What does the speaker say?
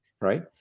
right